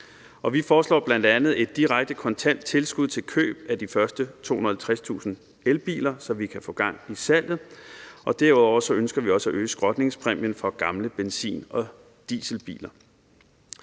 Vi foreslår bl.a. et direkte kontant tilskud til køb af de første 250.000 elbiler, så vi kan få gang i salget, og derudover ønsker vi også at øge skrotningspræmien for gamle benzin- og dieselbiler.